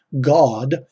God